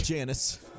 Janice